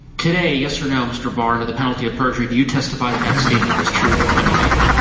today, yes or no, mr. barnier, the penalty of perjury, do you testify that that statement was true at the time you made it?